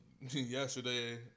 Yesterday